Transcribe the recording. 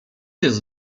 jest